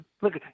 look